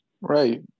Right